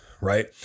right